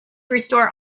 restore